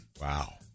Wow